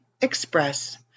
Express